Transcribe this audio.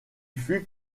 fut